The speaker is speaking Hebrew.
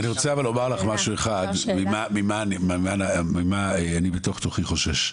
אני רוצה לומר לך משהו אחד ממה אני בתוך תוכי חושש.